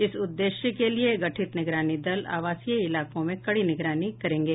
इस उद्देश्य के लिए गठित निगरानी दल आवासीय इलाकों में कड़ी निगरानी रखेंगे